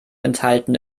enthalten